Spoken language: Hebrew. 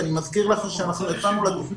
אני מזכיר לך שאנחנו יצאנו לראשונה לתכנית